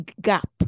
gap